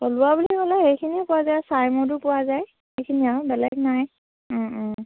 থলুৱা বুলি ক'লে সেইখিনিয়ে পোৱা যায় চাই মদো পোৱা যায় সেইখিনিয়ে আৰু বেলেগ নাই